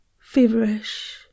feverish